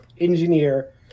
Engineer